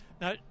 Now